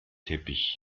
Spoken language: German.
teppich